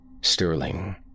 Sterling